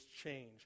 change